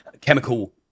chemical